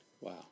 Wow